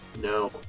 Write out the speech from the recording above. no